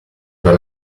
per